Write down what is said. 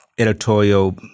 Editorial